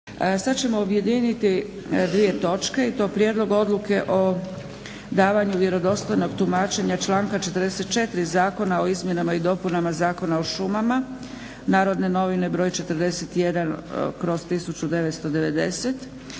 Sad ćemo objediniti dvije točke i to - Prijedlog odluke o davanju vjerodostojnog tumačenja članka 44. Zakona o izmjenama i dopunama Zakona o šumama, /"Narodne novine" broj 41/1990./